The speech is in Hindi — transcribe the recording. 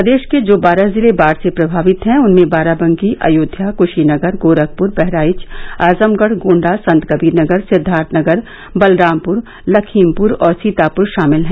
प्रदेश के जो बारह जिले बाढ़ से प्रभावित हैं उनमें बाराबंकी अयोध्या क्शीनगर गोरखप्र बहराइच आजमगढ़ गोण्डा संत कबीरनगर सिद्वार्थनगर बलरामपुर लखीमपुर और सीतापुर शामिल हैं